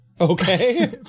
Okay